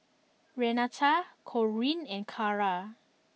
Renata Corinne and Cara